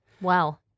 Wow